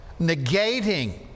negating